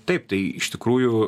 taip tai iš tikrųjų